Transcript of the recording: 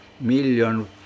million